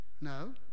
No